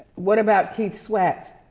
what about keith sweat?